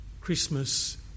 Christmas